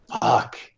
Fuck